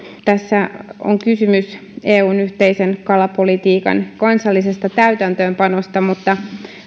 tässä on kysymys eun yhteisen kalapolitiikan kansallisesta täytäntöönpanosta mutta